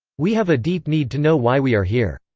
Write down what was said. we have a deep need to know why we are here.